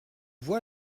voix